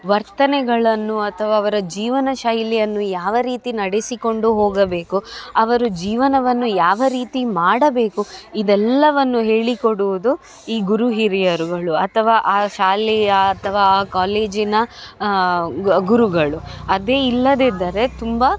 ವರ್ತನೆಗಳನ್ನು ಅಥವಾ ಅವರ ಜೀವನ ಶೈಲಿಯನ್ನು ಯಾವ ರೀತಿ ನಡೆಸಿಕೊಂಡು ಹೋಗಬೇಕು ಅವರು ಜೀವನವನ್ನು ಯಾವ ರೀತಿ ಮಾಡಬೇಕು ಇದೆಲ್ಲವನ್ನು ಹೇಳಿಕೊಡುವುದು ಈ ಗುರುಹಿರಿಯರುಗಳು ಅಥವಾ ಆ ಶಾಲೆಯ ಅಥವಾ ಆ ಕಾಲೇಜಿನ ಗುರುಗಳು ಅದೇ ಇಲ್ಲದಿದ್ದರೆ ತುಂಬ